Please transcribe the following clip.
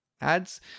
Ads